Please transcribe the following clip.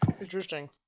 Interesting